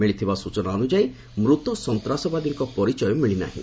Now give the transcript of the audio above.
ମିଳିଥିବା ସୂଚନା ଅନୁଯାୟୀ ମୃତ ସନ୍ତାସବାଦୀଙ୍କ ପରିଚୟ ମିଳି ନାହିଁ